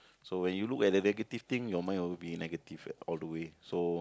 so when you look at the negative thing your mind will be negative all the way so